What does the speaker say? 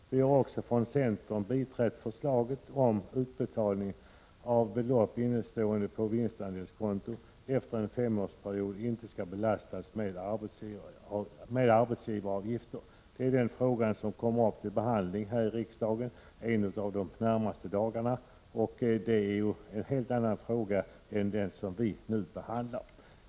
Vi har också från centern biträtt förslaget om att utbetalning av innestående belopp på vinstandelskonto efter en femårsperiod inte skall belastas med arbetsgivaravgifter. Den frågan kommer upp till behandling här i riksdagen en av de närmaste dagarna. Det är en helt annan fråga än den vi nu behandlar.